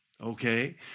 Okay